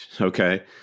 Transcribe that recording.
Okay